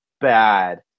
bad